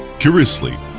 curiously,